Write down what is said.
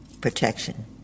protection